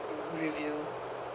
review